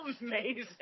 amazing